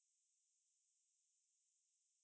err he's a ex C_I_A agent